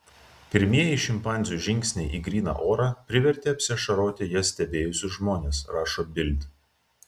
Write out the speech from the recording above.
pirmieji šimpanzių žingsniai į gryną orą privertė apsiašaroti jas stebėjusius žmones rašo bild